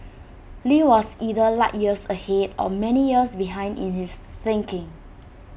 lee was either light years ahead or many years behind in his thinking